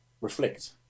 reflect